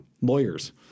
lawyers